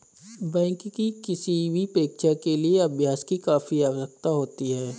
bank की किसी भी परीक्षा के लिए अभ्यास की काफी आवश्यकता होती है